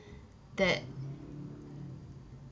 that